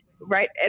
right